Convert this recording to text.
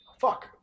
Fuck